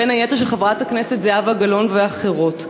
בין היתר של חברת הכנסת זהבה גלאון ואחרות.